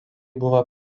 buvo